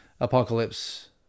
apocalypse